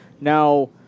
Now